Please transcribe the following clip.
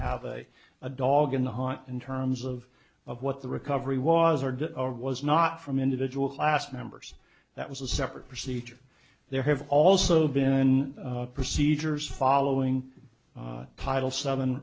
have a a dog in the hot in terms of of what the recovery was or did or was not from individual class members that was a separate procedure there have also been procedures following title seven